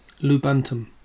lubantum